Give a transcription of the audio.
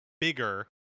bigger